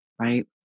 right